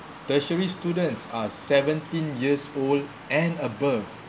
tertiary students are seventeen years old and above